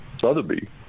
Sotheby